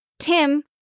tim